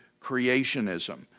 creationism